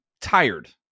tired